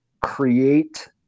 create